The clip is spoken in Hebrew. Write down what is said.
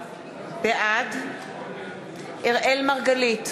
בעד אראל מרגלית,